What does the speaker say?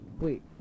Wait